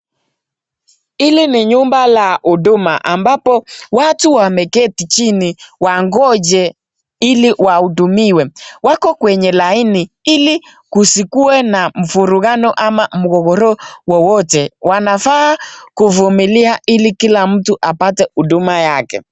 Hili ni nyumba la huduma ambapo watu wameketi chini wangoje ili wahudumiwe, wako kwenye laini ili kusikuwe na mvurugano au mgogoro wowote, wanafaa kuvumilia ili kila mtu apate huduma yake.